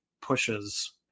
pushes